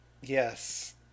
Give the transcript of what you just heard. Yes